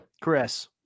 Chris